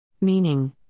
Meaning